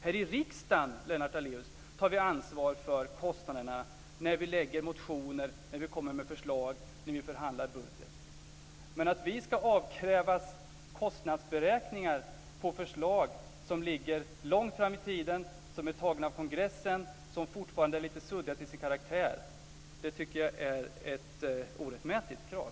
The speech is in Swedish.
Här i riksdagen, Lennart Daléus, tar vi ansvar för kostnaderna när vi väcker motioner, kommer med förslag och förhandlar om budget. Man att vi ska avkrävas kostnadsberäkningar på förslag som ligger långt fram i tiden, som är antagna av kongressen och fortfarande är lite suddiga till sin karaktär tycker jag är ett orättmätigt krav.